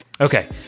okay